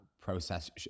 process